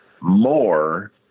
more